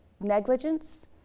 negligence